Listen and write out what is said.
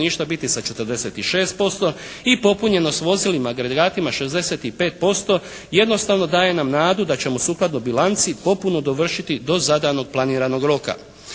biti sa 46% i popunjenost vozilima, agregatima 65% jednostavno daje nam nadu da ćemo sukladno bilanci popunu dovršiti do zadanog planiranog roka.